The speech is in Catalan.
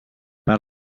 per